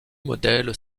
modèles